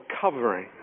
covering